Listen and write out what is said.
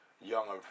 younger